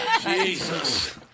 Jesus